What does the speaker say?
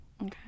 Okay